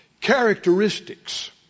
characteristics